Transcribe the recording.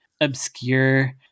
obscure